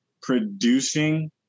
producing